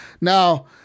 Now